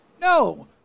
No